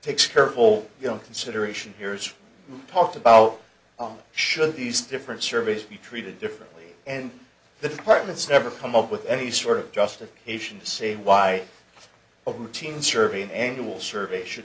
takes careful young consideration piers talked about on should these different surveys be treated differently and the department's never come up with any sort of justification to say why obama teen servian annual survey should